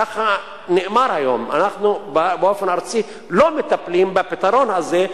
ככה נאמר היום: אנחנו לא מטפלים באופן ארצי בפתרון הזה,